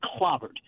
clobbered